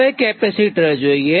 હવે કેપેસિટર જોઈએ